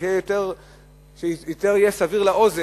שיהיה יותר סביר לאוזן,